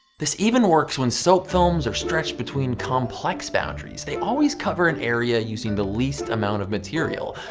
this even works when soap films are stretched between complex boundaries, they always cover an area using the least amount of material.